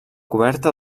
coberta